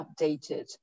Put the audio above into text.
updated